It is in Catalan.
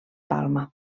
palma